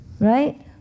Right